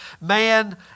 Man